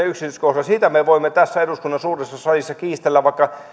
yksityiskohdasta me voimme tässä eduskunnan suuressa salissa kiistellä vaikka